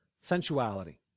sensuality